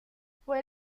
fue